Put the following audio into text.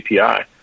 API